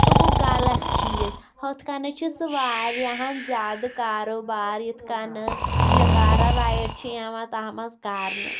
سُہ گوٚو غلط چیٖز ہُتھ کنَتھ چھِ سُہ وارِیاہَن زیادٕ کاروبار یِتھ کَنہٕ شکارا رایِڈ چھِ یِوان تَتھ منٛز کَرنہٕ